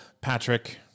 Patrick